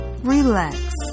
relax